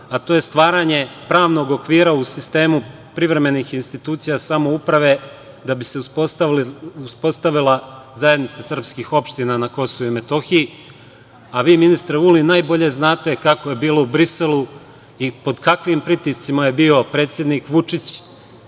a to je stvaranje pravnog okvira u sistemu privremenih institucija samouprave da bi se uspostavila zajednica srpskih opština na KiM.Vi ministre Vulin najbolje znate kako je bilo u Briselu i pod kakvim pritiscima je bio predsednik Vučić.